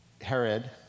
Herod